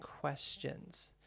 questions